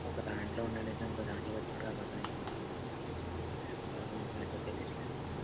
ఒక దానిలో ఉండే నిజం ఇంకో దానిలో వచ్చి నట్టుగా అబద్ధం అయిపోదు ఎంత వరకు నిజం ఏంటో తెలియటం లేదు